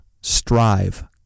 Strive